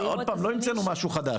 עוד פעם לא המצאנו משהו חדש,